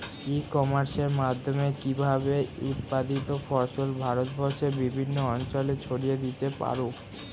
ই কমার্সের মাধ্যমে আমি কিভাবে উৎপাদিত ফসল ভারতবর্ষে বিভিন্ন অঞ্চলে ছড়িয়ে দিতে পারো?